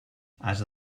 ase